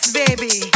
baby